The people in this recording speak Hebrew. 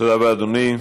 תודה רבה, אדוני.